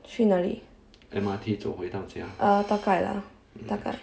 去哪里 uh 大概啦大概